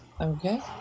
Okay